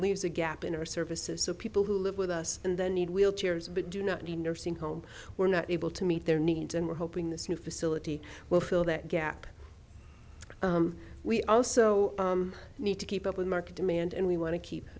leaves a gap in our services so people who live with us and then need wheelchairs but do not need nursing home we're not able to meet their needs and we're hoping this new facility will fill that gap we also need to keep up with market demand and we want to keep